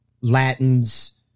Latins